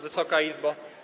Wysoka Izbo!